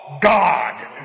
God